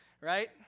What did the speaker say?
right